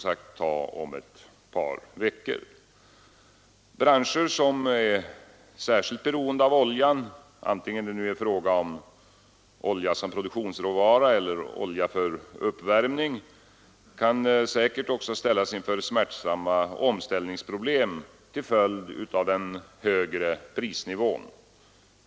j Branscher som är särskilt beroende av oljan, antingen som produktionsråvara eller för uppvärmning, kan säkert också ställas inför smärtsamma omställningsproblem till följd av den högre prisnivån.